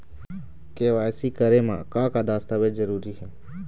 KYC करे म का का दस्तावेज जरूरी हे?